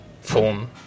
form